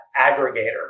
aggregator